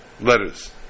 letters